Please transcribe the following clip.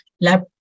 lab